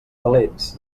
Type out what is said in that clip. calents